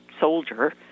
soldier